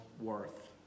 worth